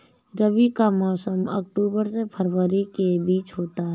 रबी का मौसम अक्टूबर से फरवरी के बीच होता है